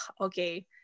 okay